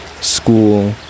school